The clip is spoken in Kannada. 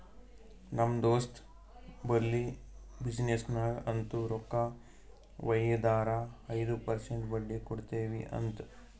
ನಮ್ ದೋಸ್ತ್ ಬಲ್ಲಿ ಬಿಸಿನ್ನೆಸ್ಗ ಅಂತ್ ರೊಕ್ಕಾ ವೈದಾರ ಐಯ್ದ ಪರ್ಸೆಂಟ್ ಬಡ್ಡಿ ಕೊಡ್ತಿವಿ ಅಂತ್